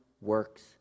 works